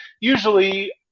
usually